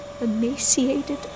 emaciated